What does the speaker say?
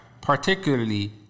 particularly